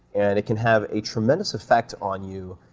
and it can have a tremendous effect on you,